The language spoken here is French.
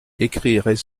ecrire